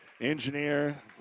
engineer